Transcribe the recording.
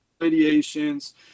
radiations